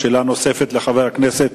שאלה נוספת לחבר הכנסת